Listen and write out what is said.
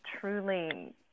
truly